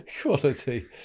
quality